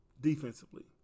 defensively